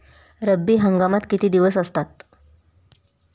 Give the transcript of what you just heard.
रब्बी हंगामात किती दिवस असतात?